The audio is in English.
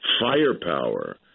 firepower